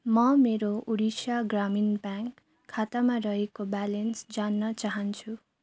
म मेरो उडिसा ग्रामीण ब्याङ्क खातामा रहेको ब्यालेन्स जान्न चाहन्छु